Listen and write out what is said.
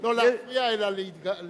לא להפריע, אלא להתגרות.